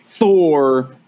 Thor